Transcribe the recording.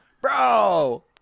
Bro